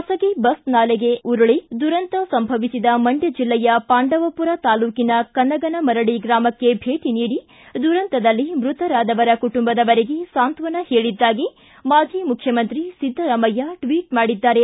ಬಾಸಗಿ ಬಸ್ ನಾಲೆಗೆ ಉರುಳಿ ದುರಂತ ಸಂಭವಿಸಿದ ಮಂಡ್ಯ ಜಿಲ್ಲೆಯ ಪಾಂಡವಪುರ ತಾಲೂಕಿನ ಕನಗನಮರಡಿ ಗ್ರಾಮಕ್ಕೆ ಭೇಟ ನೀಡಿ ದುರಂತದಲ್ಲಿ ಮೃತರಾದವರ ಕುಟುಂಬದವರಿಗೆ ಸಾಂತ್ವನ ಹೇಳಿದ್ದಾಗಿ ಮಾಜಿ ಮುಖ್ಯಮಂತ್ರಿ ಸಿದ್ದರಾಮಯ್ಟ ಟ್ವಿಟ್ ಮಾಡಿದ್ದಾರೆ